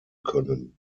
können